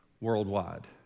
worldwide